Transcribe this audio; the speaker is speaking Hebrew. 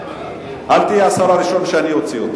אל תהיה השר הראשון שאני אוציא.